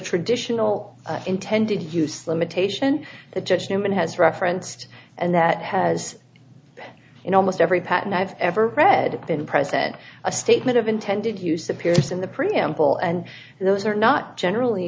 traditional intended use limitation the judge newman has referenced and that has in almost every patent i've ever read and present a statement of intended use appears in the preamble and those are not generally